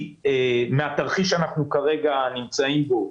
מהתרחיש שאנחנו כרגע נמצאים בו,